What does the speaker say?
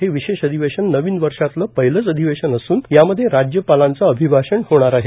हे विशेष अधिवेशन नवीन वर्षातील पहिलेच अधिवेशन असल्याने राज्यपालांचे अभिभाषण होणार आहे